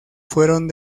fueron